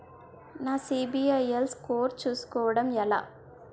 నా CIBIL score చుస్కోవడం ఎలా?